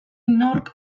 nork